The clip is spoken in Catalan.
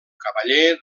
cavaller